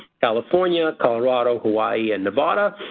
california, colorado, hawaii and nevada.